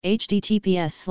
https